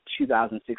2016